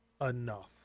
enough